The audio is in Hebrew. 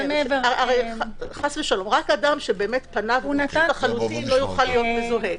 רק אדם שפניו הושחתו חלילה לא יוכל להיות מזוהה.